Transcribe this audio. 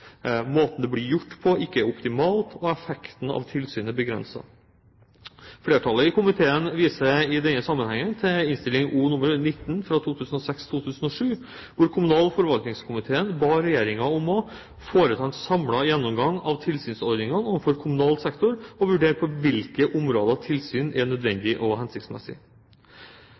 måten det er gjort på, ikke er optimal, og at effekten av tilsynet er begrenset. Flertallet i komiteen viser i denne sammenheng til Innst. O. nr. 19 for 2006–2007, hvor kommunal- og forvaltningskomiteen ba regjeringen om å foreta en samlet gjennomgang av tilsynsordningen overfor kommunal sektor og vurdere på hvilke områder tilsyn er nødvendig og hensiktsmessig.